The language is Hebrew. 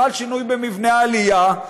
"חל שינוי מהותי במבנה העלייה,